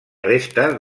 restes